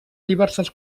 diverses